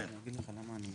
מי נמנע?